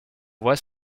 voit